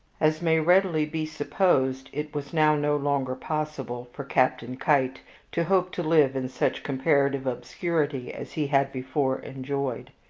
as may readily be supposed, it was now no longer possible for captain keitt to hope to live in such comparative obscurity as he had before enjoyed.